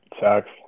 Sucks